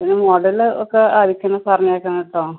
പിന്നെ മോഡല് ഒക്കെ ആയിരിക്കണം പറഞ്ഞേക്കണം കേട്ടോ